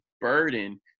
burden